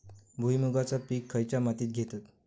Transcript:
भुईमुगाचा पीक खयच्या मातीत घेतत?